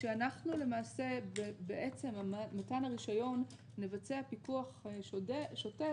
כשאנחנו למעשה בעצם מתן הרישיון נבצע פיקוח שוטף,